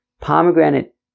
pomegranate